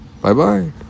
Bye-bye